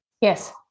Yes